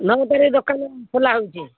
ନଟାରେ ଦୋକାନ ଖୋଲା ହେଉଛି